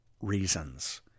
reasons